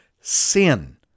sin